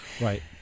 Right